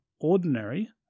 ordinary